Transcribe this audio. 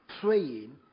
praying